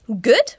good